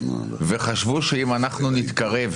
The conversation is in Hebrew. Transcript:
וחשבו שאם אנחנו נתקרב